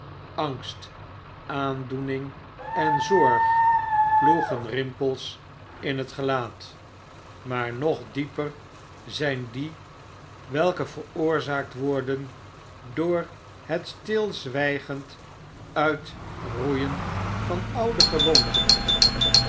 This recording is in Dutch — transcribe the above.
angst aandoening en zorg ploegen rimpels in het gelaat maar nog dieper zijn die welke veroorzaakt worden door het stilzwijgend uitroeien van oude gewoonten